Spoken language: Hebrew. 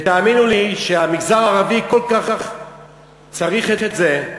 ותאמינו לי שהמגזר הערבי כל כך צריך את זה,